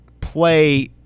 play